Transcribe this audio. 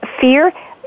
fear